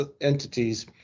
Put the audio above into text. entities